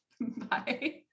Bye